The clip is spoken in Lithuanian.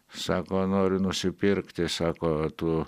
sako noriu nusipirkti sako tų